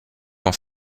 dans